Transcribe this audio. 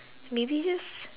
maybe just